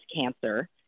cancer